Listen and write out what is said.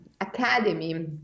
academy